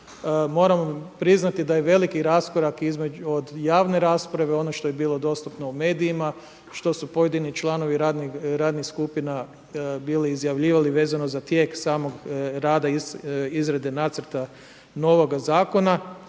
moramo priznati da je veliki raskorak od javne rasprave, ono što je bilo dostupno u medijima, što su pojedini članovi radnih skupina bili izjavljivani vezano za tijek smog rada izrade nacrta novoga zakona